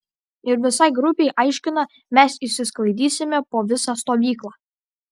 ir visai grupei aiškina mes išsisklaidysime po visą stovyklą